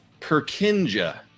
perkinja